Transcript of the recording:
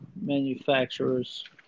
manufacturers